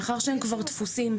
מאחר שהם כבר תפוסים,